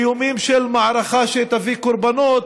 האיומים של מערכה שתביא קורבנות,